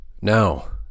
Now